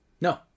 no